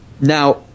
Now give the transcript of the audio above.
Now